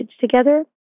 together